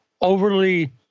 overly